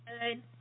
Good